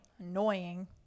Annoying